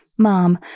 Mom